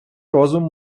розум